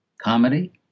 comedy